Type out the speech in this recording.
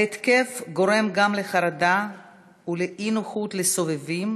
ההתקף גורם גם לחרדה ולאי-נוחות לסובבים,